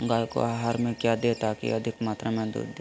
गाय को आहार में क्या दे ताकि अधिक मात्रा मे दूध दे?